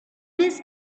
his